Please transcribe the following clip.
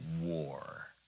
war